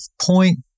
point